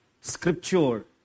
scripture